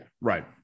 Right